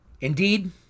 Indeed